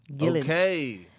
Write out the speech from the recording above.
Okay